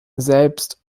selbst